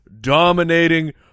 dominating